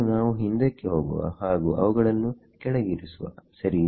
so ನಾವು ಹಿಂದಕ್ಕೆ ಹೋಗುವ ಹಾಗು ಅವುಗಳನ್ನು ಕೆಳಗಿರಿಸುವ ಸರಿಯೇ